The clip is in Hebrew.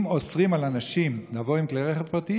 אם אוסרים על אנשים לבוא עם כלי רכב פרטיים,